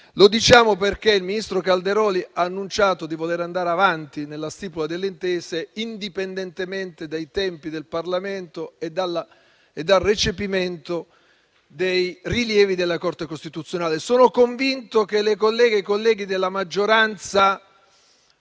Lo diciamo perché il ministro Calderoli ha annunciato di voler andare avanti nella stipula delle intese, indipendentemente dai tempi del Parlamento e dal recepimento dei rilievi della Corte costituzionale. Io sono convinto che le colleghe e i colleghi della maggioranza